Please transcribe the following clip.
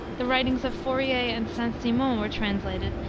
the writings of fourier and st. simon were translated,